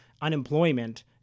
unemployment